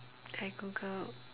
I googled